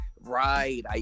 Right